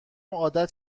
عادت